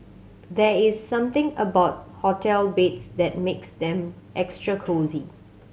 there is something about hotel beds that makes them extra cosy